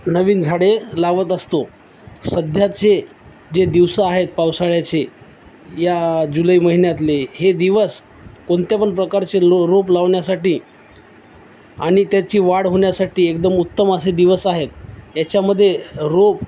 नवीन झाडे लावत असतो सध्याचे जे दिवसं आहेत पावसाळ्याचे या जुलै महिन्यातले हे दिवस कोणत्यापण प्रकारचे लो रोप लावण्यासाठी आणि त्याची वाढ होण्यासाठी एकदम उत्तम असे दिवस आहेत याच्यामध्ये रोप